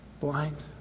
blind